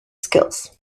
skills